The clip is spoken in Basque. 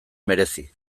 merezi